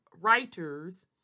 writers